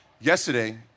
yesterday